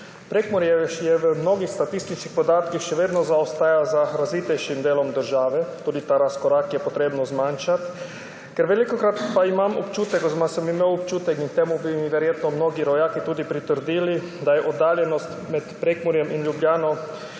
Prekmurje v mnogih statičnih podatkih še vedno zaostaja za razvitejšim delom države. Tudi ta razkorak je potrebno zmanjšati. Velikokrat pa imam občutek oziroma sem imel občutek, in temu bi verjetno mnogi rojaki pritrdili, da je oddaljenost med Prekmurjem in Ljubljano